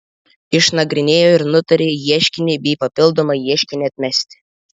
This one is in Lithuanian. išnagrinėjo ir nutarė ieškinį bei papildomą ieškinį atmesti